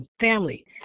family